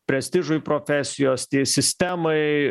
prestižui profesijos tie sistemai